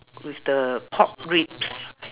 with the pork ribs